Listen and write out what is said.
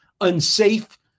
unsafe